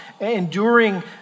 enduring